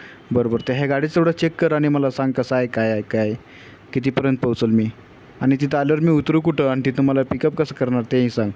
बरं बरं ते ह्या गाडीचं एवढं चेक कर आणि मला सांग कसं आहे काय काय कितीपर्यंत पोहोचेल मी आणि तिथं आल्यावर मी उतरू कुठं आणि तिथं मला पिकअप कसं करणार तेही सांग